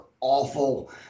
awful